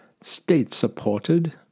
State-supported